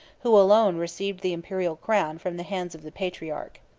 who alone received the imperial crown from the hands of the patriarch.